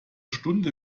stunde